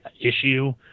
issue